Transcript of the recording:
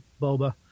Boba